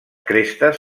crestes